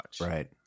Right